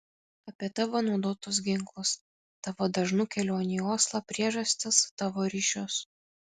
apie tavo naudotus ginklus tavo dažnų kelionių į oslą priežastis tavo ryšius